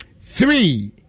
three